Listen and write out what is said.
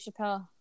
Chappelle